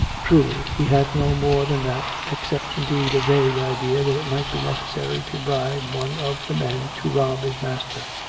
truly, he had no more than that, except, indeed, a vague idea that it might be necessary to bribe one of the men to rob his master.